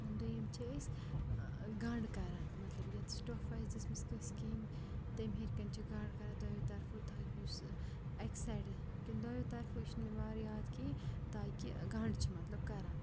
دۄیِم چھِ أسۍ گنٛڈ کَران مطلب ییٚتَس ٹۄپھ آسہِ دِژمٕژ کٲنٛسہِ کیٚمۍ تَمہِ ہیٚرِ کٕںۍ چھِ گنٛڈ کَران دۄیو طرفہٕ تاکہِ یُس اَکہِ سایڈٕ کِنہٕ دۄیو طرفہٕ یہِ چھِنہٕ مےٚ وارٕ یاد کینٛہہ تاکہِ گنٛڈ چھِ مطلب کَران